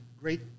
great